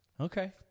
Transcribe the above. Okay